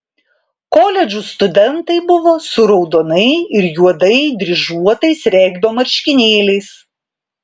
koledžų studentai buvo su raudonai ir juodai dryžuotais regbio marškinėliais